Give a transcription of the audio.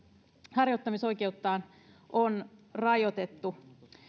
harjoittamisoikeuttaan on rajoitettu